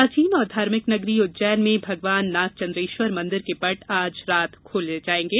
प्राचीन और धार्मिक नगरी उज्जैन में भगवान नागचन्द्रेश्वर मंदिर के पट आज रात खोले जाएंगे